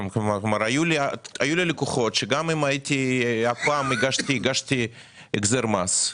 היו לי לקוחות שגם אם הגשתי החזר מס,